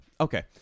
Okay